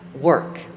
work